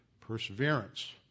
perseverance